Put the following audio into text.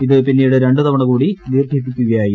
ഇത് പിന്നീട് രണ്ടുതവണ കൂടി ദീർഘിപ്പിക്കുകയായിരുന്നു